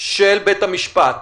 של בית המשפט.